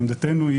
עמדתנו,